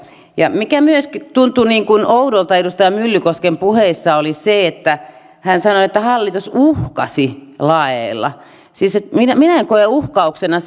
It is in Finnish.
se mikä myöskin tuntui oudolta edustaja myllykosken puheissa oli se että hän sanoi että hallitus uhkasi laeilla siis minä minä en koe uhkauksena